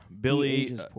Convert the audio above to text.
Billy